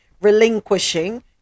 relinquishing